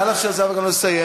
נא לאפשר לזהבה גלאון לסיים,